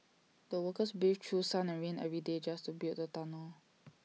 the workers braved through sun and rain every day just to build the tunnel